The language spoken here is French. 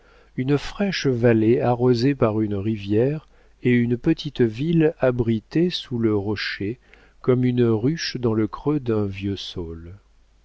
une fraîche vallée arrosée par une rivière et une petite ville abritée sous le rocher comme une ruche dans le creux d'un vieux